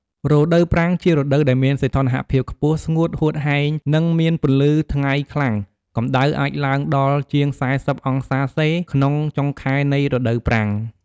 រដូវប្រាំង ជារដូវដែលមានសីតុណ្ហភាពខ្ពស់ ស្ងួតហួតហែង និងមានពន្លឺថ្ងៃខ្លាំង កំដៅអាចឡើងដល់ជាង ៤០អង្សាសេ ក្នុងចុងខែនៃរដូវប្រាំង។